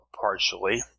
partially